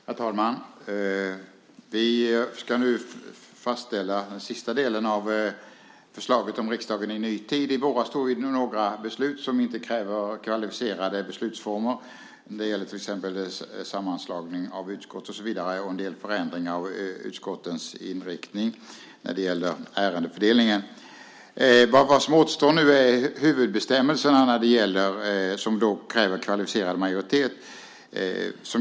Herr talman! Vi ska nu fastställa den sista delen av förslaget om riksdagen i en ny tid. I våras tog vi några beslut där det inte krävdes kvalificerad majoritet. Det gäller till exempel sammanslagningen av utskott och så vidare och en del förändringar av utskottens inriktning när det gäller ärendefördelningen. Vad som nu återstår är huvudbestämmelserna när det gäller EU-frågorna, och där krävs det kvalificerad majoritet.